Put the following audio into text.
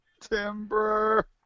Timber